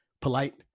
polite